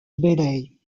bailey